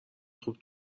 خوب